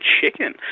Chicken